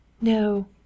No